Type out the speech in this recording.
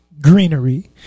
greenery